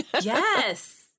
Yes